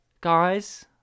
Guys